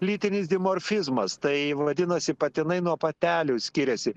lytinis dimorfizmas tai vadinasi patinai nuo patelių skiriasi